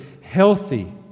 healthy